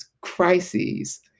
crises